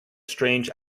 strange